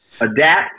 adapt